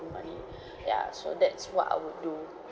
money ya so that's what I would do